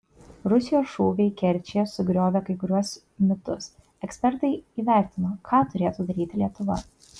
rusijos šūviai kerčėje sugriovė kai kuriuos mitus ekspertas įvertino ką turėtų daryti lietuva